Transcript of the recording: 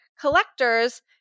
collectors